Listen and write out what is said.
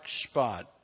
spot